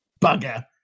bugger